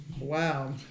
Wow